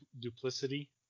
Duplicity